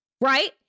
right